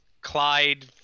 Clyde –